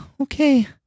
Okay